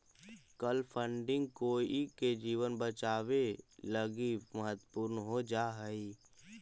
कल फंडिंग कोई के जीवन बचावे लगी महत्वपूर्ण हो जा हई